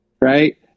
Right